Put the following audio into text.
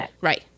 right